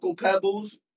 Pebbles